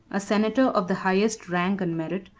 a senator of the highest rank and merit,